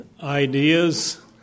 ideas